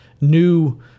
new